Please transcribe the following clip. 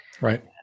Right